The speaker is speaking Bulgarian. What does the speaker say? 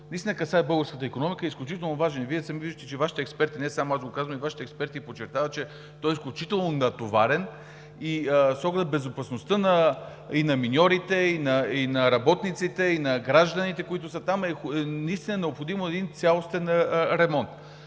наистина касае българската икономика и е изключително важен. Вие сами виждате, че не само аз го казвам, а и Вашите експерти подчертават, че той е изключително натоварен и с оглед безопасността и на миньорите, и на работниците, и на гражданите, които са там, наистина е необходим цялостен ремонт.